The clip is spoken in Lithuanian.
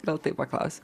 gal taip paklausiu